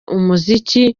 umuziki